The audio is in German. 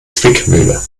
zwickmühle